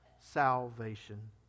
salvation